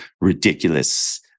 ridiculous